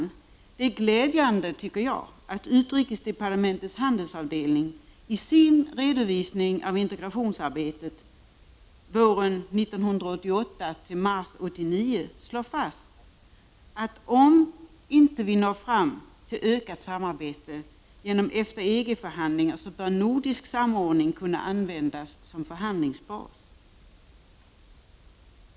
Det är glädjande att utrikesdepartementets handelsavdelning i sin redovisning av integrationsarbetet våren 1988-mars 1989 slår fast att om vi inte når fram till ökat samarbete genom EFTA-EG-förhandlingar bör nordisk samordning kunna användas som förhandlingsbas.